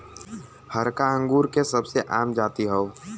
हरका अंगूर के सबसे आम जाति हौ